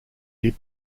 did